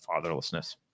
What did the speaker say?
fatherlessness